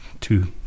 two